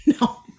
no